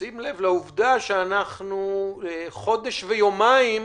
בשים לב לעובדה שאנחנו חודש ויומיים